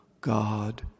God